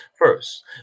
First